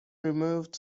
removed